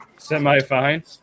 Semi-fine